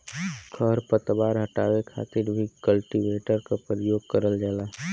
खर पतवार हटावे खातिर भी कल्टीवेटर क परियोग करल जाला